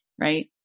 right